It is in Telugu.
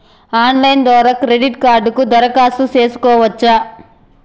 ఆన్లైన్ ద్వారా క్రెడిట్ కార్డుకు దరఖాస్తు సేసుకోవచ్చా?